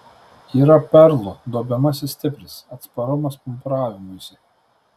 yra perlų duobiamasis stipris atsparumas pumpuravimuisi